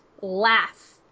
laugh